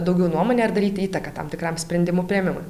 daugiau nuomonę ar daryti įtaką tam tikram sprendimų priėmimui